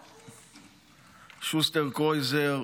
קרויזר,